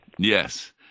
Yes